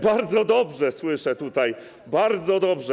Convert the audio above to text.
Bardzo dobrze słyszę tutaj, bardzo dobrze.